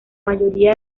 mayoría